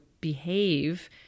behave